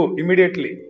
immediately